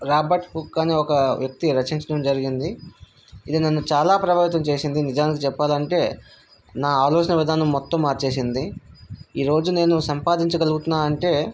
Robert Hooke అనే ఒక వ్యక్తి రచించడం జరిగింది ఇది నన్ను చాలా ప్రభావితం చేసింది నిజానికి చెప్పాలంటే నా ఆలోచన విధానం మొత్తం మార్చేసింది ఈ రోజు నేను సంపాదించ గలుగుతున్నాను అంటే